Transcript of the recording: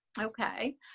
Okay